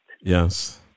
Yes